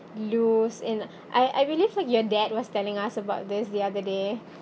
lose in I I believe like your dad was telling us about this the other day